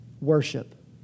worship